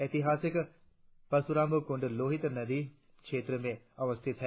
ऐतिहासिक परशुराम कुंड लोहित नदी क्षेत्र में अवस्थित है